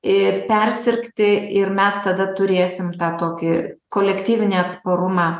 ir persirgti ir mes tada turėsim tą tokį kolektyvinį atsparumą